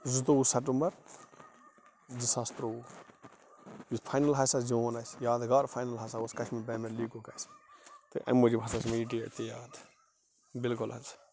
زٕتُووُہ ستمبر زٕساس تُرٛوٚوُہ یہِ فاینل ہسا زیٛوٗن اَسہِ یادگار فاینل ہسا اوس کشمیٖر پریمر لیٖگُک اَسہِ تہٕ اَمہِ موٗجوٗب ہسا چھُ مےٚ یہِ ڈیٹ تہِ یاد بلکُل حظ